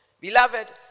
Beloved